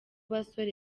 basore